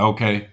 Okay